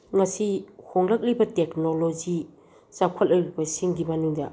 ꯉꯁꯤ ꯍꯣꯡꯂꯛꯂꯤꯕ ꯇꯦꯛꯅꯣꯂꯣꯖꯤ ꯆꯥꯎꯈꯠꯂꯛꯂꯤꯕꯁꯤꯡꯒꯤ ꯃꯅꯨꯡꯗ